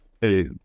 hey